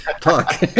Talk